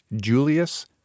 julius